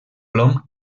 plom